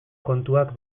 kontuak